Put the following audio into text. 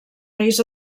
reis